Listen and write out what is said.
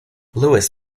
lewis